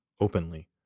openly